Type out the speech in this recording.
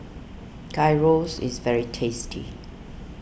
Gyros is very tasty